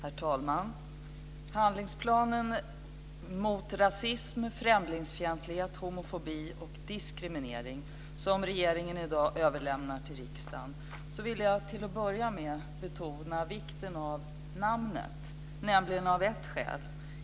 Herr talman! Handlingplanen mot rasism, främlingsfientlighet, homofobi och diskriminering har regeringen i dag överlämnat till riksdagen. Jag vill till att börja med betona vikten av namnet, av ett skäl.